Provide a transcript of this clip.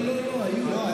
לא, לא, היו.